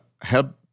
help